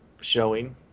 showing